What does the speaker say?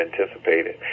anticipated